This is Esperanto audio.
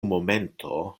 momento